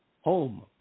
Home